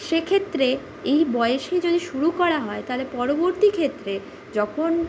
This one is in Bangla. সেক্ষেত্রে এই বয়েসে যদি শুরু করা হয় তাহলে পরবর্তী ক্ষেত্রে যখন